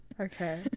Okay